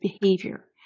behavior